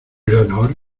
leonor